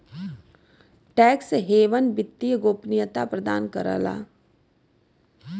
tax haven वित्तीय गोपनीयता प्रदान करला